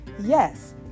Yes